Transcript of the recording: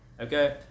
Okay